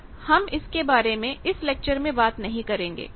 पर हम इसके बारे में इस लेक्चर में बात नहीं करेंगे